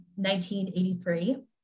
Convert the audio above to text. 1983